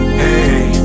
hey